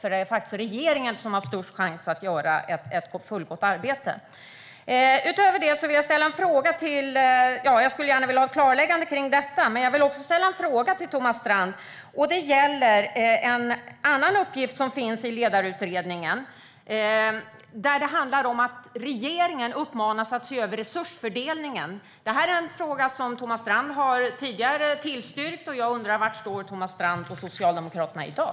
Det är faktiskt regeringen som har störst chans att göra ett fullgott arbete. Jag skulle gärna vilja ha ett klarläggande kring detta. Utöver det vill jag ställa en fråga till Thomas Strand som gäller en annan uppgift som finns med i Ledningsutredningen. Det handlar om att regeringen uppmanas att se över resursfördelningen. Thomas Strand har tidigare tillstyrkt det här, och jag undrar var Thomas Strand och Socialdemokraterna står i dag.